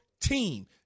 team